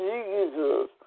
Jesus